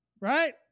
right